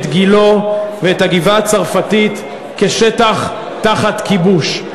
את גילה ואת הגבעה-הצרפתית כשטח תחת כיבוש.